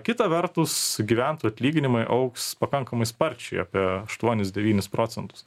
kita vertus gyventojų atlyginimai augs pakankamai sparčiai apie aštuonis devynis procentus